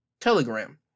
Telegram